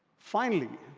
finally,